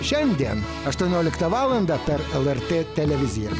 šiandien aštuonioliktą valandą per lrt televiziją